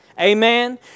Amen